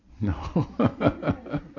No